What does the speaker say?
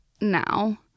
now